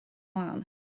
ymlaen